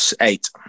Eight